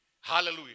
Hallelujah